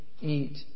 eat